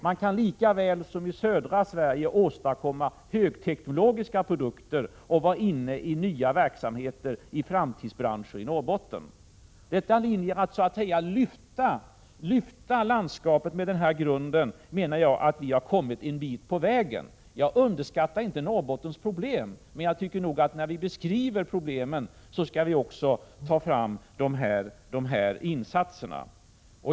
Man kan i Norrbotten lika bra som i södra Sverige åstadkomma högteknologiska produkter och starta nya verksamheter i framtidsbranscher. Genom att på detta sätt ”lyfta” landskapet menar jag att vi har kommit en bit på väg. Jag underskattar inte Norrbottens problem, men jag tycker att vi, när vi beskriver problemen, ocskå skall ta fram dessa insatser.